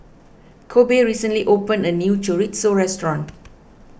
Kobe recently opened a new Chorizo restaurant